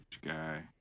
guy